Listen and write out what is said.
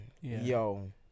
Yo